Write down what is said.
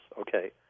okay